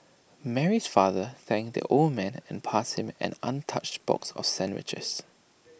Mary's father thanked the old man and passed him an untouched box of sandwiches